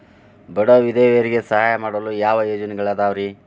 ಬಡ ವಿಧವೆಯರಿಗೆ ಸಹಾಯ ಮಾಡಲು ಯಾವ ಯೋಜನೆಗಳಿದಾವ್ರಿ?